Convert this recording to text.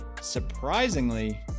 surprisingly